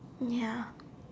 ya